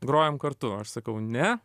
grojam kartu aš sakau ne